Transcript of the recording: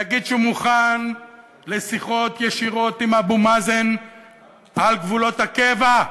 ויגיד שהוא מוכן לשיחות ישירות עם אבו מאזן על גבולות הקבע,